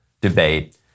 debate